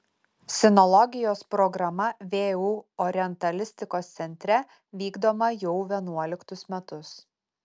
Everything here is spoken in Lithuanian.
sinologijos programa vu orientalistikos centre vykdoma jau vienuoliktus metus